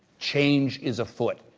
change is afoot.